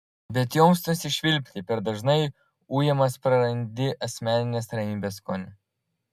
bet joms nusišvilpti per dažnai ujamas prarandi asmeninės ramybės skonį